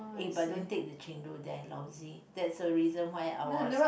eh but don't take the chendol there lousy that's the reason why I was